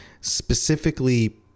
specifically